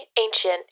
ancient